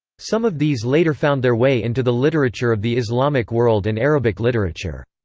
some of these later found their way into the literature of the islamic world and arabic literature.